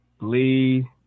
Lee